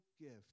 gift